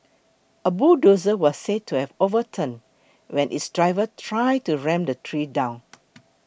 a bulldozer was said to have overturned when its driver tried to ram the tree down